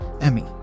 emmy